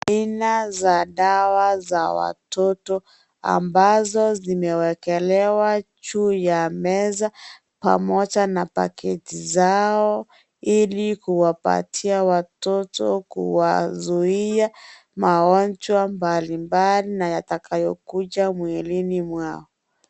Aina za dawa za watoto ambazo zimewekelewa juu ya meza pamoja na paketi zao. Ili kuwapatia watoto kuwazuia magonjwa mbalimbali na yatakayokuja mwilini mwao.